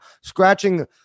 scratching